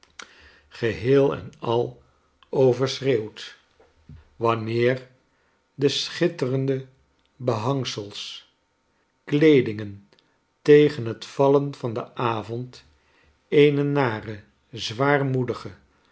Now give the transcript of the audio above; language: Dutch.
geheel en al overschreeuwt wanneer de schitterende behangsels en kleedingen tegen het vallen van den avond eene nare zwaarmoedige